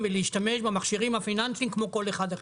ולהשתמש במכשירים הפיננסיים כמו כל אחד אחר.